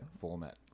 format